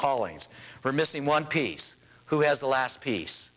callings are missing one piece who has the last piece